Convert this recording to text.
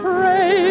Pray